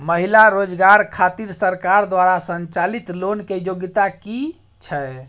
महिला रोजगार खातिर सरकार द्वारा संचालित लोन के योग्यता कि छै?